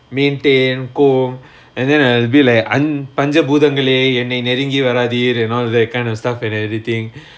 maintain comb and then I'll be like அந்த பஞ்சபூதங்களே என்னை நெருங்கி வராதீர்கள்:antha panjaboothangalae ennai nerungi varaatheergal and all that kind of stuff and everything